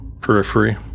periphery